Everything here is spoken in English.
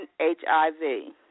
HIV